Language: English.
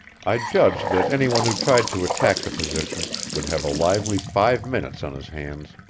i judged that any one who tried to attack the position would have a lively five minutes on his hands.